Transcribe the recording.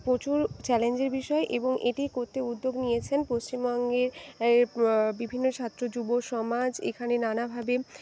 প্রচুর চ্যালেঞ্জের বিষয় এবং এটি করতে উদ্যোগ নিয়েছেন পশ্চিমবঙ্গের বিভিন্ন ছাত্র যুবসমাজ এখানে নানাভাবে